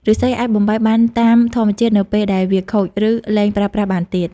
ឫស្សីអាចបំបែកបានតាមធម្មជាតិនៅពេលដែលវាខូច ឬលែងប្រើប្រាស់បានទៀត។